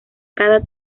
cada